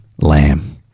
Lamb